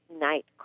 night